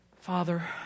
Father